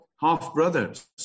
half-brothers